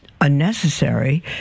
unnecessary